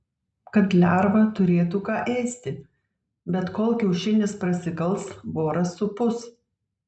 kad lerva turėtų ką ėsti bet kol kiaušinis prasikals voras supus